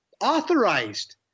authorized